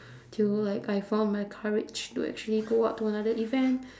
till like I found my courage to actually go out to another event